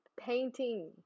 painting